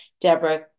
Deborah